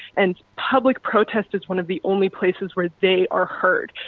and public protest is one of the only places where they are heard.